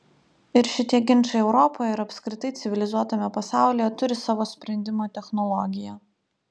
ir šitie ginčai europoje ir apskritai civilizuotame pasaulyje turi savo sprendimo technologiją